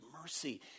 mercy